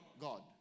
God